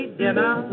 dinner